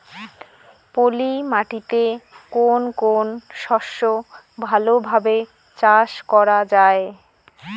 পলি মাটিতে কোন কোন শস্য ভালোভাবে চাষ করা য়ায়?